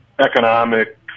economic